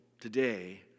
today